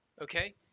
okay